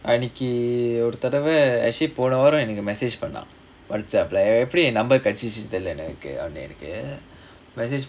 அன்னைக்கு ஒரு தடவ:annaikku oru thadava actually போன வாரம் எனக்கு:pona vaaram enakku message பண்ணான்:pannaan WhatsApp leh எப்படி என்:eppadi en number கிடச்சுசுனு தெரில எனக்கு அவன எனக்கு:kidachuchunu therila enakku avana enakku